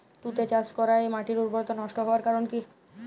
তুতে চাষ করাই মাটির উর্বরতা নষ্ট হওয়ার কারণ কি?